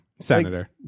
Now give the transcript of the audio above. Senator